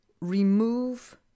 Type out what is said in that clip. remove